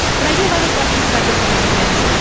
but i do have other questions about this arrangement.